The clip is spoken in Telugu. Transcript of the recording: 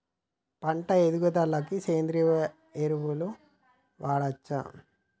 పంట ఎదుగుదలకి సేంద్రీయ ఎరువులు వాడచ్చా?